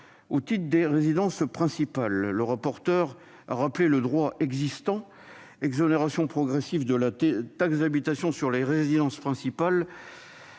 au titre des résidences principales. Le rapporteur a rappelé le droit existant : exonération progressive de la taxe d'habitation sur les résidences principales